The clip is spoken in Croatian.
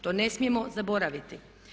To ne smijemo zaboraviti.